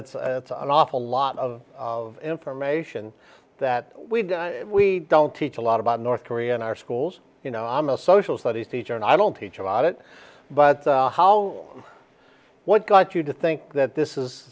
it's an awful lot of information that we've we don't teach a lot about north korea in our schools you know i'm a social studies teacher and i don't teach about it but how what got you to think that this is